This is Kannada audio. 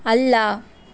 ಅಲ್ಲ